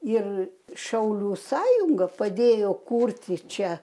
ir šaulių sąjunga padėjo kurti čia